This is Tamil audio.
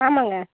ஆமாம்ங்க